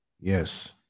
Yes